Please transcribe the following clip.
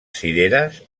cireres